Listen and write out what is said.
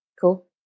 Cool